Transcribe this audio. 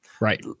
Right